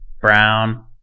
Brown